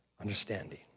understanding